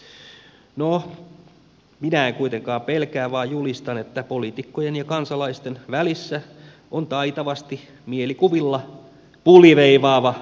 no minä en kuitenkaan pelkää vaan julistan että poliitikkojen ja kansalaisten välissä on taitavasti mielikuvilla puliveivaava lehtimiesjoukkio